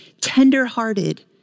tender-hearted